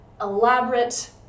elaborate